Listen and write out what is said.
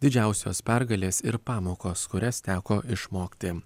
didžiausios pergalės ir pamokos kurias teko išmokti